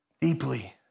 deeply